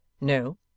No